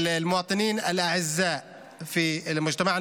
(אומר דברים בשפה הערבית,